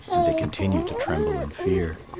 and they continued to tremble in fear.